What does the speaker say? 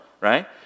right